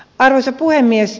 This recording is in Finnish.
arvoisa puhemies